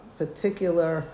particular